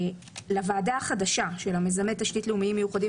לוועדה החדשה של מיזמי תשתית לאומיים מיוחדים